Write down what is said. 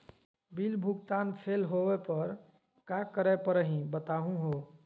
Bill भुगतान fail होवे पर का करै परही, बताहु हो?